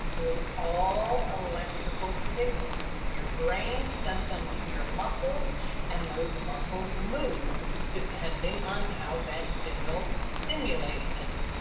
it was all electrical signals. your brain sent them to your muscles and those muscles moved depending on how that signal stimulated them,